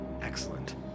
Excellent